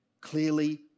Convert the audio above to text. clearly